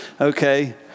Okay